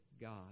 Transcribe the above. God